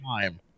time